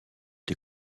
des